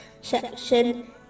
section